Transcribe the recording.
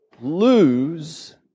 lose